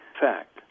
fact